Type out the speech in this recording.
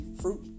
fruit